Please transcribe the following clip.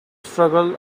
struggle